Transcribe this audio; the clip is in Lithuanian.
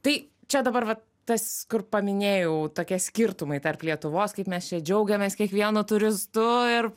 tai čia dabar vat tas kur paminėjau tokie skirtumai tarp lietuvos kaip mes čia džiaugiamės kiekvienu turistu ir